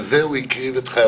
על זה הוא הקריב את חייו,